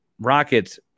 Rockets